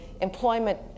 employment